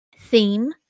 theme